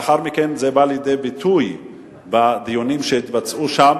לאחר מכן זה בא לידי ביטוי בדיונים שהתקיימו שם,